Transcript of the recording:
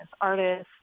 artists